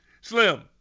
Slim